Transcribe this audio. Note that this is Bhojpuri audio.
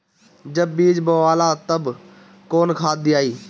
जब बीज बोवाला तब कौन खाद दियाई?